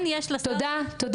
תודה.